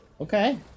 Okay